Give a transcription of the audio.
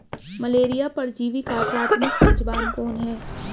Malaria परजीवी का प्राथमिक मेजबान कौन है?